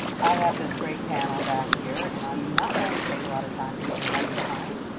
i have this great panel back here, and i'm not going to take a lot of time because we're running behind,